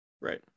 Right